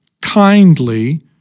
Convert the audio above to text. kindly